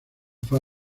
fue